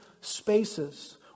spaces